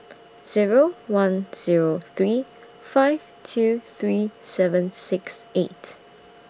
Zero one Zero three five two three seven six eight